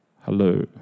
Hello